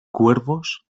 cuervos